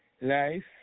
life